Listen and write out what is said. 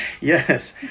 Yes